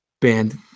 band